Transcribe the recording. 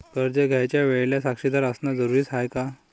कर्ज घ्यायच्या वेळेले साक्षीदार असनं जरुरीच हाय का?